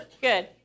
Good